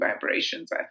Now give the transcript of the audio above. vibrations